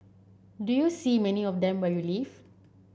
do you see many of them where you live